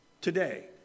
Today